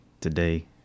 today